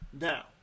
Now